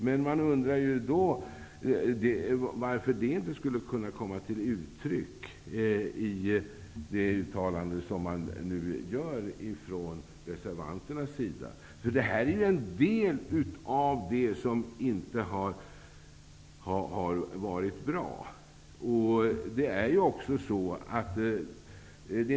Men man undrar då varför det inte kunde komma till uttryck i reservanternas uttalande. Detta är en del av det som inte har varit bra.